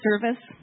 service